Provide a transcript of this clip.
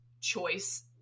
choice